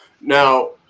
Now